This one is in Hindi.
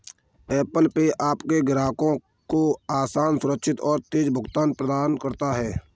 ऐप्पल पे आपके ग्राहकों को आसान, सुरक्षित और तेज़ भुगतान प्रदान करता है